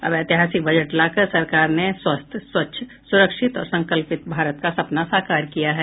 अब ऐतिहासिक बजट लाकर सरकार ने स्वस्थ स्वच्छ सुरक्षित और संकल्पित भारत का सपना साकार किया है